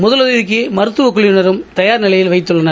முதலுதவிக்கு மருத்துவக் குழுவினரையும் தயார் நிலைக்கு வைத்துள்ளனர்